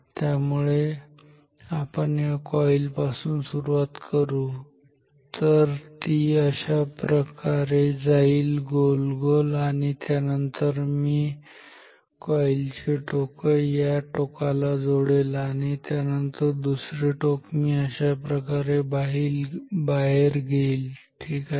त्यामुळे आपण या कॉईल पासुन सुरुवात करु इथे तर ती अशाप्रकारे जाईल गोल गोल आणि त्यानंतर मी कॉईल ची हे टोक या टोकाला जोडेल आणि त्यानंतर दुसरे टोक मी अशाप्रकारे बाहेर घेईल ठीक आहे